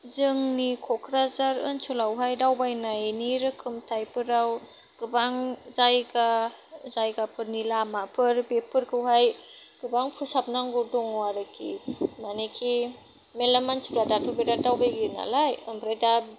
जोंनि क'क्राझार ओनसोलावहाय दावबायनायनि रोखोमथायफोराव गोबां जायगा जायगाफोरनि लामाफोर बेफोरखौहाय गोबां फोसाबनांगौ दङ आरोखि मानेखि मेल्ला मानसिफ्रा दाथ' बेराद दावबायोनालाय ओमफ्राय दा